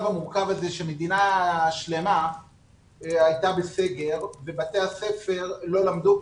המורכב הזה שמדינה שלמה הייתה בסגר ובתי הספר לא למדו,